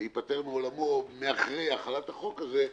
ייפטר מעולמו אחרי החלת החוק הזה,